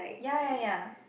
ya ya ya